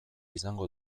izango